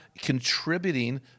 contributing